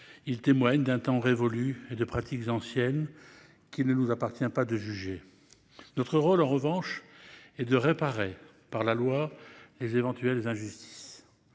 ils témoignent d'un temps révolu et de pratiques anciennes qu'il ne nous appartient pas de juger. Notre rôle, en revanche, est de réparer par la loi les éventuelles injustices.